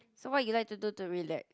so what you like to do to relax